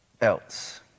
else